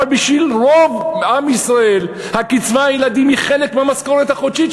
אבל בשביל רוב עם ישראל קצבת הילדים היא חלק מהמשכורת החודשית.